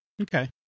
Okay